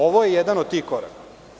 Ovo je jedan od tih koraka.